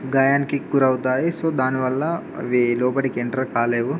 గాయానికి గురి అవుతాయి సో దానివల్ల అవి లోపటికి ఎంటర్ కాలేవు